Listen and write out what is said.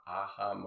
aha